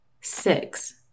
Six